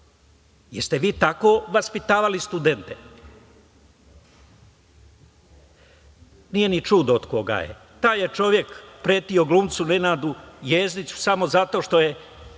ste vi tako vaspitavali studente? Nije ni čudo od koga je. Taj je čovek pretio glumcu Nenadu Jezdiću samo zato što je